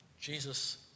Jesus